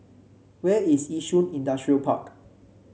where is Yishun Industrial Park